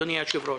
אדוני היושב-ראש.